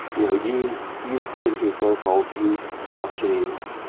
you know use use peer-to-peer protocols. use block chains.